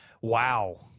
Wow